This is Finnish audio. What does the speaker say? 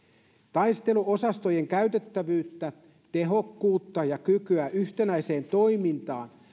taisteluosastojen käytettävyyttä tehokkuutta ja kykyä yhtenäiseen toimintaan